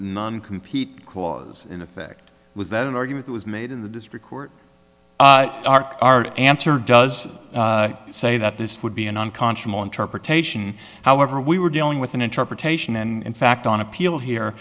non compete clause in effect was that an argument was made in the district court ark our answer does say that this would be an unconscionable interpretation however we were dealing with an interpretation and in fact on appeal here